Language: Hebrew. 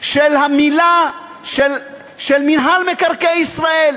של הצירוף של מינהל מקרקעי ישראל.